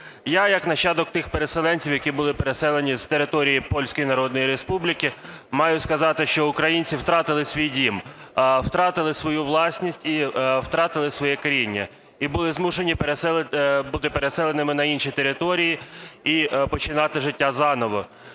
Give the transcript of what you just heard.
Я як нащадок тих переселенців, які були переселені з території Польської Народної Республіки, маю сказати, що українці втратили свій дім, втратили свою власність і втратили своє коріння, і були змушені бути переселеними на інші території і починати життя заново.